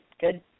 good